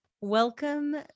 Welcome